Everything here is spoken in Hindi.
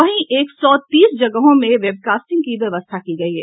वहीं एक सौ तीस जगहों पर वेबकास्टिंग की व्यस्था की गयी है